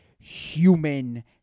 human